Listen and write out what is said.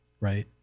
right